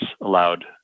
allowed